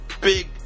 big